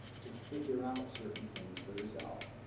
to figure out certain things for yourself.